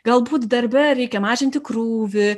galbūt darbe reikia mažinti krūvį